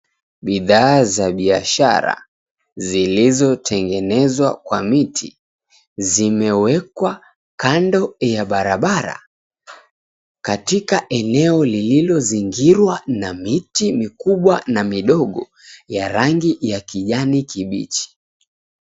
Bidhaa za biashara zilizotengenezwa kwa miti zimewekwa kando ya barabara katika eneo lililozingirwa na miti mikubwa na midogo ya rangi ya kijani kibichi